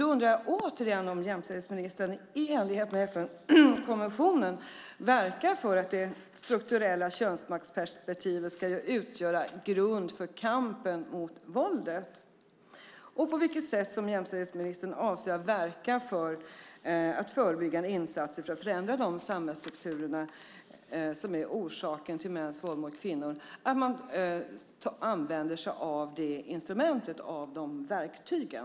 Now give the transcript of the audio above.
Jag undrar återigen om jämställdhetsministern i enlighet med FN-konventionen verkar för att det strukturella könsmaktsperspektivet ska utgöra grund för kampen mot våldet. På vilket sätt avser jämställdhetsministern att verka för förebyggande insatser för att förändra de samhällsstrukturer som är orsaken till mäns våld mot kvinnor? Ska man använda sig av det instrumentet och de verktygen?